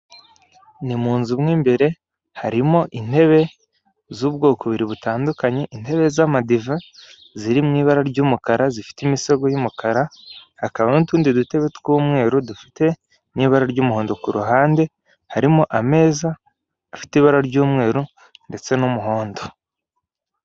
Ni mu nzu mo imbere harimo intebe z'ubwoko bubiri butandukanye intebe z'amadiva ziri mu ibara ry'umukara zifite imisego y'umukara hakaba n'utundi dutebe tw'umweru dufite ni ibara ry'umuhondo ku ruhande harimo ameza afite ibara ry'umweru ndetse n'umuhondo